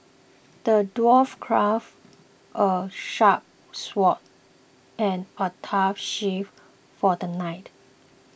the dwarf crafted a sharp sword and a tough shield for the knight